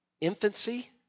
infancy